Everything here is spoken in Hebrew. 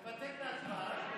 תבטל את ההצבעה.